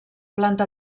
planta